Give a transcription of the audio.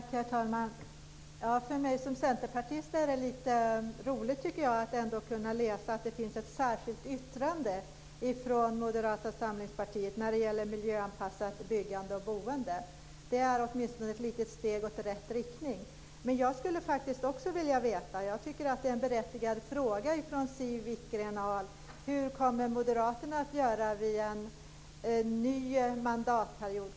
Herr talman! För mig som centerpartist är det lite roligt att ändå kunna läsa att det finns ett särskilt yttrande från Moderata samlingspartiet när det gäller miljöanpassat byggande och boende. Det är åtminstone ett litet steg åt rätt riktning. Jag skulle vilja veta - jag tycker att det är en berättigad fråga från Siw Wittgren-Ahl - hur Moderaterna kommer att göra vid en ny mandatperiod.